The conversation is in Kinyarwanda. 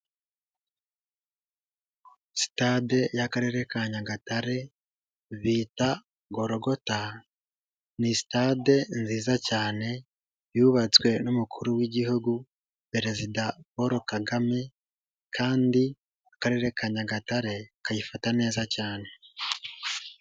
Sitade y'akarere ka nyagatare, bita Gologota, ni stade nziza cyane, yubatswe n'umukuru w'igihugu perezida Paul Kagame, kandi akarere ka nyagatare kayifata neza cyane.